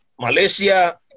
Malaysia